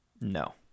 No